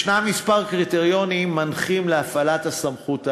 יש כמה קריטריונים מנחים להפעלת הסמכות האמורה,